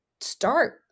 start